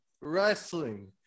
Wrestling